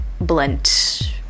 blunt